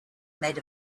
made